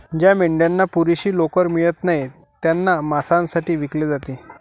ज्या मेंढ्यांना पुरेशी लोकर मिळत नाही त्यांना मांसासाठी विकले जाते